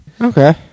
Okay